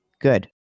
Good